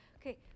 Okay